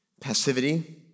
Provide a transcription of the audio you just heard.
Passivity